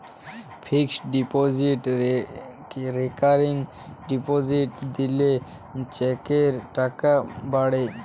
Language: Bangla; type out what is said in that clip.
ফিক্সড ডিপজিট রেকারিং ডিপজিট দিলে ট্যাক্সের টাকা বাঁচে